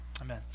Amen